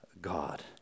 God